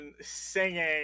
singing